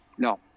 No